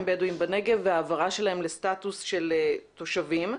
בדואים בנגב והעברה שלהם לסטטוס של תושבים,